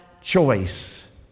choice